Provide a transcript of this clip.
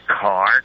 car